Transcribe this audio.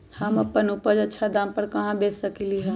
हम अपन उपज अच्छा दाम पर कहाँ बेच सकीले ह?